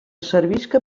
servisca